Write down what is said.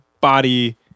body